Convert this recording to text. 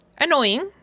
annoying